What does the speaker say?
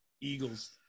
Eagles